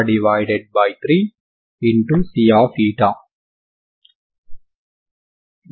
మరియు ఈ సమీకరణానికి వచ్చిన ఈ పరిష్కారమొక్కటే దీనికి పరిష్కారం అవుతుందో కాదో మనకు తెలియదు